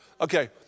Okay